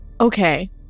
Okay